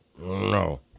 no